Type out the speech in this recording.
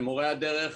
למורי הדרך,